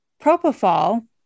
propofol